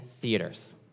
theaters